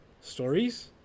stories